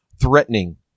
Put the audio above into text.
threatening